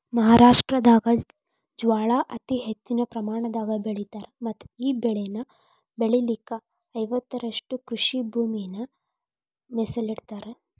ಮಹಾರಾಷ್ಟ್ರದಾಗ ಜ್ವಾಳಾ ಅತಿ ಹೆಚ್ಚಿನ ಪ್ರಮಾಣದಾಗ ಬೆಳಿತಾರ ಮತ್ತಈ ಬೆಳೆನ ಬೆಳಿಲಿಕ ಐವತ್ತುರಷ್ಟು ಕೃಷಿಭೂಮಿನ ಮೇಸಲಿಟ್ಟರಾ